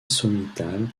sommitale